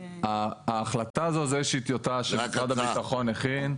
ההחלטה הזו זה איזושהי טיוטה שמשרד הביטחון הכין.